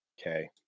okay